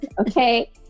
Okay